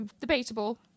debatable